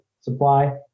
supply